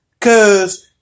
cause